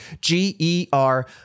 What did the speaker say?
G-E-R